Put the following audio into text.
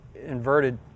inverted